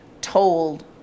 told